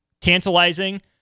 tantalizing